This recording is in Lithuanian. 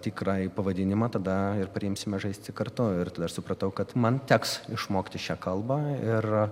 tikrąjį pavadinimą tada ir priimsime žaisti kartu ir aš supratau kad man teks išmokti šią kalbą ir